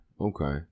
Okay